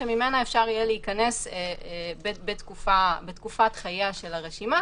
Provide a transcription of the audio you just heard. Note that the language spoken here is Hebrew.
שממנה אפשר יהיה להיכנס בתקופת חייה של הרשימה,